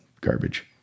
garbage